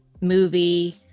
movie